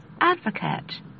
Advocate